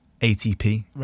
ATP